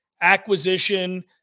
acquisition